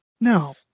No